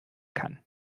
kann